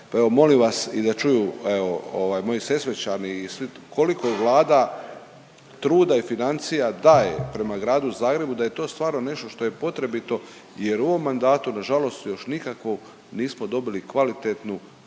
molim vas i da čuju evo ovaj moji Sesvećani i svi koliko Vlada truda i financija daje prema Gradu Zagrebu da je to stvarno nešto što je potrebito jer u ovom mandatu nažalost još nikakvu nismo dobili kvalitetnu formu